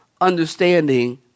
understanding